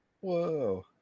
Whoa